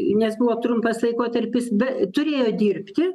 nes buvo trumpas laikotarpis bet turėjo dirbti